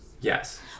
Yes